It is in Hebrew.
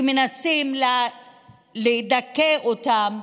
שמנסים לדכא אותן,